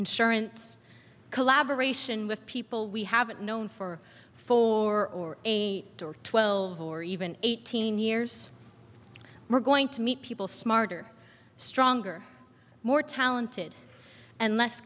insurance collaboration with people we haven't known for four or eight or twelve or even eighteen years we're going to meet people smarter stronger more talented and less